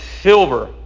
silver